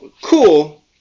cool